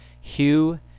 Hugh